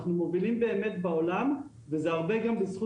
אנחנו מבינים באמת גם בעולם וזה הרבה גם בזכות